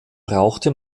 brauchte